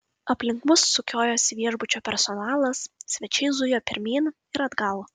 aplink mus sukiojosi viešbučio personalas svečiai zujo pirmyn ir atgal